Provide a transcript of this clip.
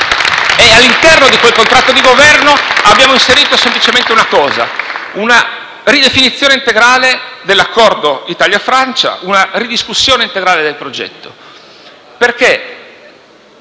All'interno di quel contratto di Governo abbiamo inserito semplicemente una cosa: una ridefinizione integrale dell'accordo Italia-Francia, una ridiscussione integrale del progetto.